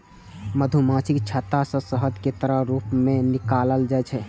मधुमाछीक छत्ता सं शहद कें तरल रूप मे निकालल जाइ छै